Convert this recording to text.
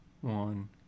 one